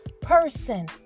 person